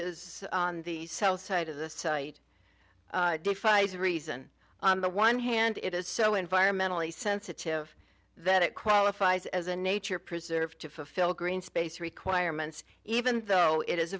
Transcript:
is on the sell side of this defies reason on the one hand it is so environmentally sensitive that it qualifies as a nature preserve to fulfill green space requirements even though it is